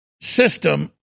system